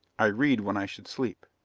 i read when i should sleep.